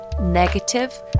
negative